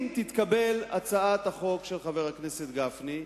אם תתקבל הצעת החוק של חבר הכנסת גפני,